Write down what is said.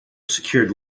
secured